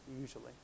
usually